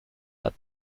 but